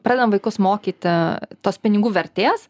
pradedam vaikus mokyti tos pinigų vertės